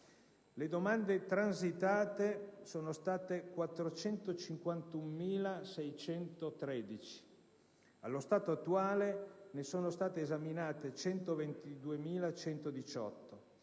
Le domande transitate sono risultate 451.613. Allo stato attuale ne sono state esaminate 122.118: